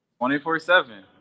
24-7